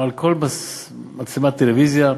מול כל מצלמת טלוויזיה.